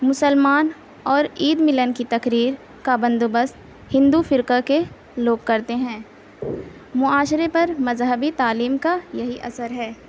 مسلمان اور عید ملن کی تقریر کا بندوبست ہندو فرقہ کے لوگ کرتے ہیں معاشرے پر مذہبی تعلیم کا یہی اثر ہے